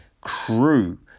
crew